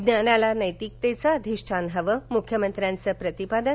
ज्ञानाला नैतिकतेचे अधिष्ठान हवे मुख्यमंत्र्यांचं प्रतिपादन